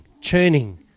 churning